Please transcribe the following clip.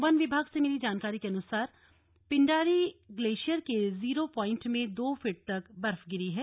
one विभाग से मिली जानकारी के अनुसार पिंडारी ग्लेशियर के जीरो प्वाइंट में दो फीट तक बर्फ गिरी है